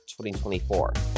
2024